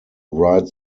write